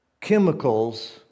chemicals